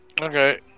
Okay